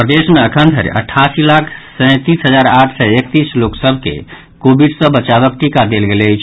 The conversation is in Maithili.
प्रदेश मे अखन धरि अठासी लाख सैंतीस हजार आठ सय एकतीस लोक सभ के कोविड सँ बचावक टीका देल गेल अछि